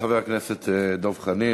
חבר הכנסת דב חנין,